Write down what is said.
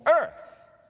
earth